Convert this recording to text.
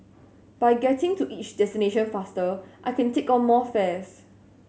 by getting to each destination faster I can take on more fares